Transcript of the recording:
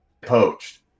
poached